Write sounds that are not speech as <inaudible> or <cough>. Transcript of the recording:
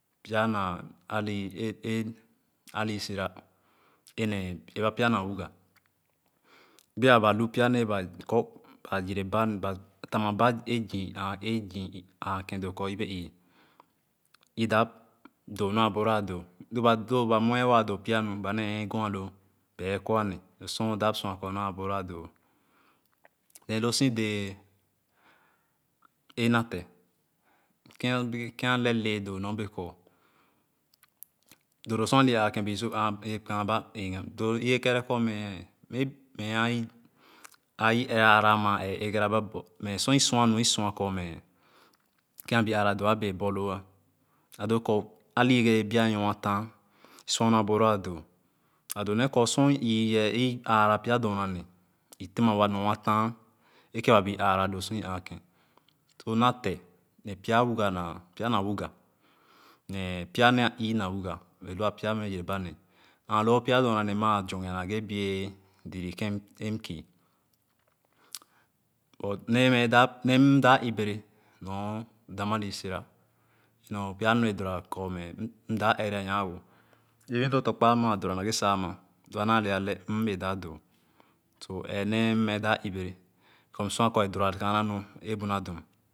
Pya naa alì <hesitation> sìra nee egbereda. Pya na migah bee ba lu pya nee ba kor ba yereba tamaba zíì ããkèn doo kor yebe ìì e dap doo nu a borloo adoo lo ba mve a waa doo pya nu ba nee ééh gor aloo ba e kor ane lo sor o dap sua kor nu a borloo doo then lo sì dɛɛ a nate kèn a ne le doo nyɔbee kor doo doo sor alì bee aakèn bee e sor kaana ba su ãã ìì bee kɛɛrɛ kor ààì aara maa eeh egaraba mɛ sor i sua nu ìsua kor mɛ kèn a bee aara doo abee borloo a kor alì egere bee bìa nɔɔ atàh sua nor a borloo adoo adoo nee kor su i yìi ye aara Pya dorna nee ì demawa nor a tiàh ekèn ba wɛɛ aara doo sor ì aakìn so nate ne pya wugah na pya na wugah ne pya nee iì na wugah a lua pya nee a mɛ yereba ne aaloo pya doona nee ma zorgea nage bìa zii zii kèn m kii but nee m dap nee m dap ìbere nor dam alì síra nor kor pya nu a dora kor m dap ɛrɛ a nya-woh even do tɔ̃kpa mɛ dora nage sa ama lo anaale ale mm bee dap doo so eeh nee m dap èbere kor msua kor adora kaana nu bu nadum.